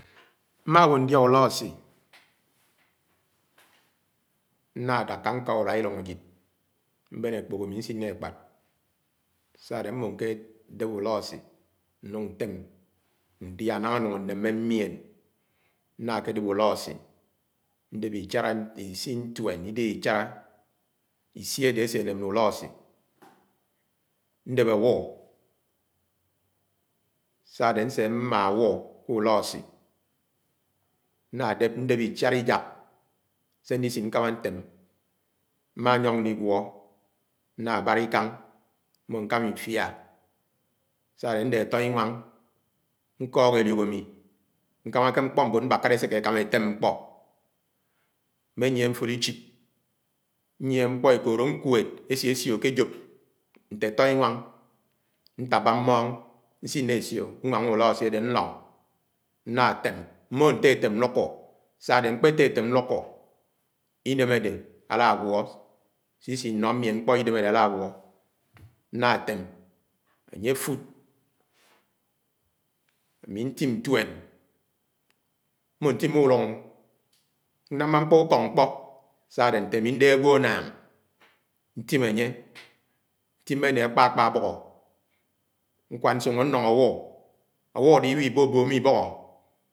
Mmáwó ñdiá úlóasú ñña dákká ñká uruá ilúng ájid, mbén ákpúló ami ñsiñ ké ekpád sádé mmo nkédep úloásii núng ñtem ñdia náñga anúng anémé ñyien, Nna kédép úloásii, ñdép isi ntuen idelé ichala, isi ade áseném né úloásii ñdép awo sádé ñse mma ke úloásii ñnā dép ndép ichálá iják sé nlism ñkámá ntém. Mma ñyong ligwo nna na ikáng mmo nkáma ifia sádé ndé atoinwáng ñkọ́k eliók ámi Nkámáke mkpó mbón mbákárá eséké ekámá etem ñkpo mmehie mfód ichip ñyie ñkpó ekoodo nkwer esésió ké ajoo nte àtọinwáng, ñtábá mmong ñsiñ ké esio mben, úloásii adé ñlọñg ñña tém mmòhó tétem ñlúkọ̄ sádé mkpe tétem ñlúkọ̄ iném adé àlàgwo, Sisi Ino ñyién ñkpo kidém ádè alague ñña tém ányé áfud ámi ñtim ñfuén mmotum mu-ùlúñg nnámá nkpọ ukọk ñkpo sáádé nte ámi ñdé agwo annáng ñtim anye ntim né akpakpa agboho nkwad nsono ñlong awo, awo adé iwo ibóbómó ibóhó